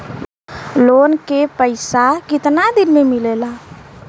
Loan के पैसा कितना दिन मे मिलेला?